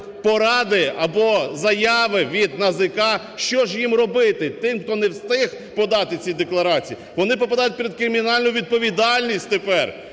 поради або заяви від НАЗК. Що ж їм робити, тим, хто не встиг подати ці декларації? Вони попадають під кримінальну відповідальність тепер.